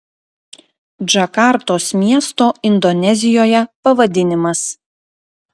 džakartos miesto indonezijoje pavadinimas